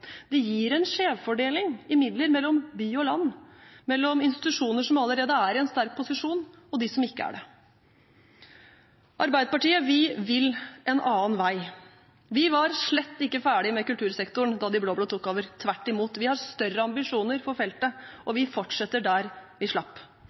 Det gir en skjevfordeling i midler mellom by og land, mellom institusjoner som allerede er i en sterk posisjon, og de som ikke er det. Arbeiderpartiet vil en annen vei. Vi var slett ikke ferdig med kultursektoren da de blå-blå tok over, tvert imot. Vi har større ambisjoner for feltet, og vi forsetter der vi slapp.